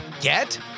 get